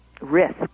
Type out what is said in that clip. risk